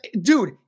Dude